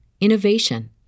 innovation